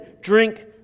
drink